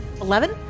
Eleven